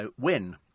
win